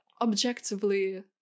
objectively